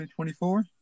2024